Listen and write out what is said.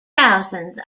thousands